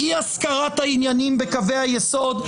אי הזכרת העניינים בקווי היסוד,